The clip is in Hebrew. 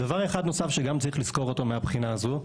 דבר אחד נוסף שצריך לזכור גם אותו מהבחינה הזו,